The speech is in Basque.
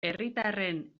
herritarren